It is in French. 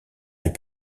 est